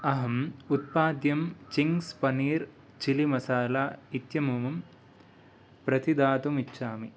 अहम् उत्पाद्यं Ching's paneer chilli masala इत्यमुं प्रतिदातुम् इच्छामि